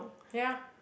ya